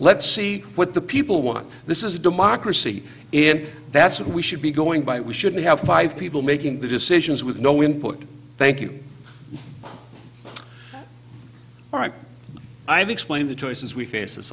let's see what the people want this is a democracy and that's what we should be going by we shouldn't have five people making the decisions with no input thank you i've explained the choices we face as